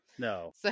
No